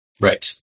Right